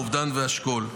האובדן והשכול.